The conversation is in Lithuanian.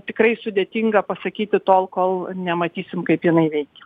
tikrai sudėtinga pasakyti tol kol nematysim kaip jinai veikia